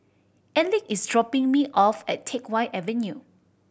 Elick is dropping me off at Teck Whye Avenue